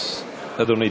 אז אדוני,